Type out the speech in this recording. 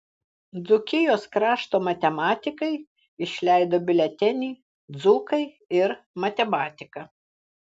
dzūkijos krašto matematikai išleido biuletenį dzūkai ir matematika